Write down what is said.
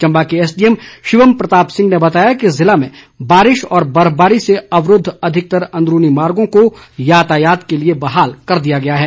चंबा के एसडीएम शिवम प्रताप सिंह ने बताया कि जिले में बारिश व बर्फबारी से अवरूद्व अधिकतर अंदरूनी मार्गों को यातायात के लिए बहाल कर दिया गया है